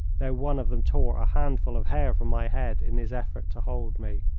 though one of them tore a handful of hair from my head in his effort to hold me.